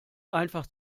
einfach